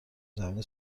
زمینی